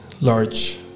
large